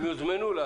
הם יוזמנו.